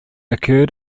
occurred